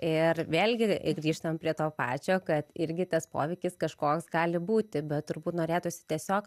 ir vėlgi grįžtam prie to pačio kad irgi tas poveikis kažkoks gali būti bet turbūt norėtųsi tiesiog